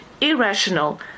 irrational